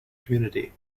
community